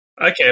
okay